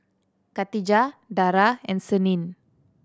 Katijah Dara and Senin